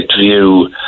view